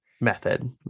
method